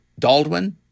Daldwin